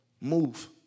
move